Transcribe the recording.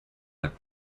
like